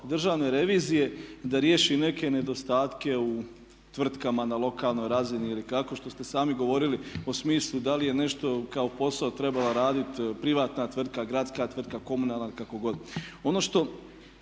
Državne revizije da riješi neke nedostatke u tvrtkama na lokalnoj razini ili kako što ste i sami govorili o smislu da li nešto kao posao trebala raditi privatna tvrtka, gradska tvrtka, komunalna ili kako god.